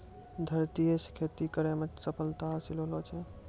धरतीये से खेती करै मे सफलता हासिल होलो छै